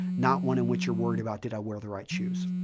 not one in which you're worried about, did i wear the right shoes?